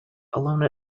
alone